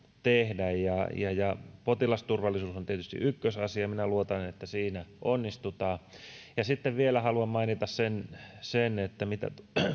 tehdä ja ja potilasturvallisuus on tietysti ykkösasia minä luotan että siinä onnistutaan sitten vielä haluan mainita sen sen että mitä